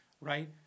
Right